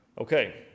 Okay